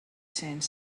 cents